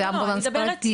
זה אמבולנס פרטי?